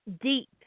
deep